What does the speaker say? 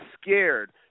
scared